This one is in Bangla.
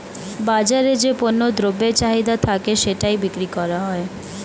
বাজারে যে পণ্য দ্রব্যের চাহিদা থাকে সেটাই বিক্রি করা হয়